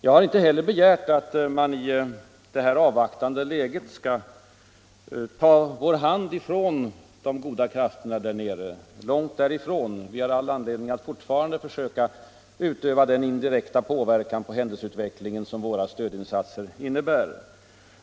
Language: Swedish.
Jag har inte begärt att vi i det här avvaktande läget skall ta vår hand ifrån de goda krafterna där nere, långt därifrån. Vi har all anledning att fortfarande försöka utöva den indirekta påverkan på händelseutvecklingen som våra stödinsatser innebär.